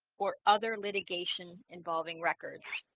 or other litigation involving records